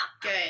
good